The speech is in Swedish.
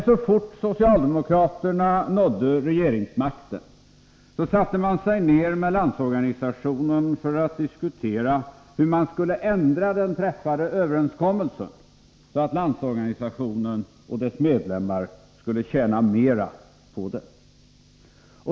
Så fort socialdemokraterna fick regeringsmakten satte man sig ner med representanter för Landsorganisationen för att diskutera hur man skulle ändra den träffade överenskommelsen, så att Landsorganisationen och dess medlemmar skulle tjäna mera på det.